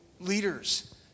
leaders